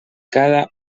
cada